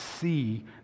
see